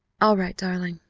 all right, darling,